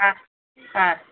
ಹಾಂ ಹಾಂ